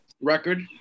record